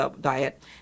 diet